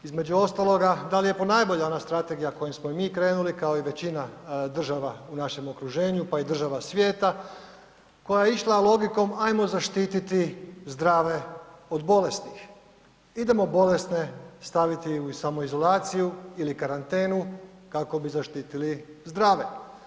Između ostaloga da li je ponajbolja ona strategija kojom smo i mi krenuli kao i većina država u našem okruženju, pa i država svijeta koja je išla logikom ajmo zaštititi zdrave od bolesnih, idemo bolesne staviti u samoizolaciju ili karantenu kako bi zaštitili zdrave.